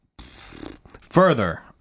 Further